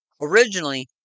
Originally